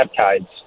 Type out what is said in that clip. peptides